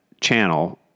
channel